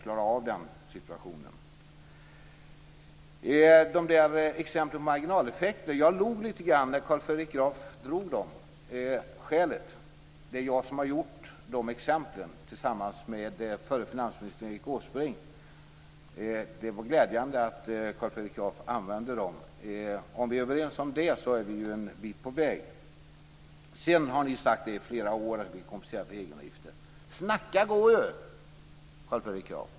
Sedan var det exemplen med marginaleffekter. Jag log lite grann när Carl Fredrik Graf föredrog exemplen. Det är jag som har satt ihop exemplen tillsammans med förre finansministern Erik Åsbrink. Det är glädjande att Carl Fredrik Graf använder dem. Om vi är överens om dem är vi en bit på väg. Ni har sagt i flera år att ni vill kompensera för egenavgifter. Snacka går ju, Carl Fredrik Graf!